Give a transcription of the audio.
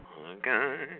Okay